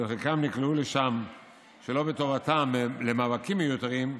ובחלקם נקלעו, שלא בטובתם, למאבקים מיותרים,